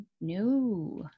No